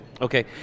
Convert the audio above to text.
Okay